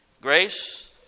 grace